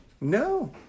no